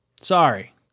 Sorry